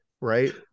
right